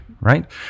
right